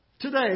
Today